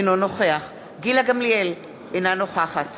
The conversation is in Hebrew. אינו נוכח גילה גמליאל, אינה נוכחת